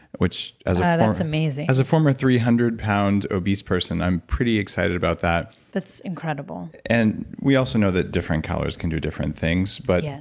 which as a oh, that's amazing as a former three hundred pound obese person, i'm pretty excited about that that's incredible and we also know that different calories can do different things, but yes.